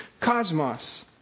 cosmos